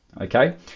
okay